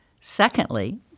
Secondly